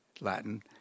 Latin